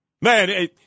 Man